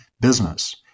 business